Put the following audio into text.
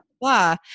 blah